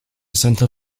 centre